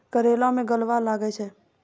करेला मैं गलवा लागे छ?